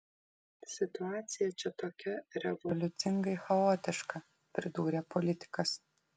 situacija čia tokia revoliucingai chaotiška pridūrė politikas